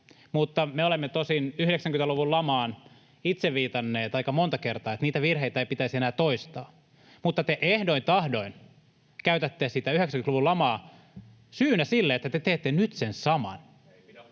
takaa. Me olemme tosin 90-luvun lamaan itse viitanneet aika monta kertaa, että niitä virheitä ei pitäisi enää toistaa, mutta te ehdoin tahdoin käytätte 90-luvun lamaa syynä sille, että te teette nyt sen saman.